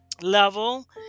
level